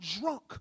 drunk